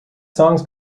songs